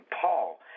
Paul